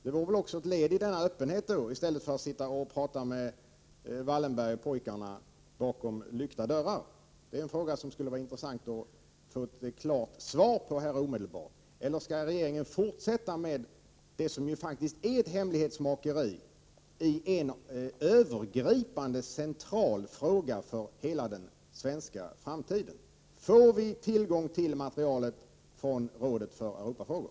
Det vore väl ett led i denna öppenhet om regeringen gjorde det i stället för att sitta och tala med Wallenbergpojkarna bakom lyckta dörrar. Det skulle vara intressant att få ett klart svar på detta omedelbart, eller skall regeringen fortsätta med det som faktiskt är ett hemlighetsmakeri i en fråga som är övergripande och central för hela den svenska framtiden? Får vi tillgång till materialet från rådet för Europafrågor?